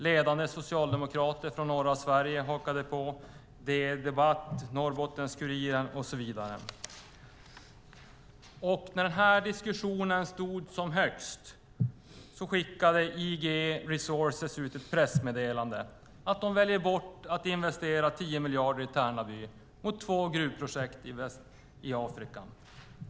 Ledande socialdemokrater från norra Sverige hakade på. Det togs upp på DN Debatt, i Norrbottens-Kuriren och så vidare. När diskussionen stod som högst skickade IGE Resources ut ett pressmeddelande att de väljer bort att investera 10 miljarder i Tärnaby mot två gruvprojekt i Afrika.